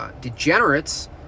degenerates